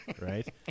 right